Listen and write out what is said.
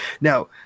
now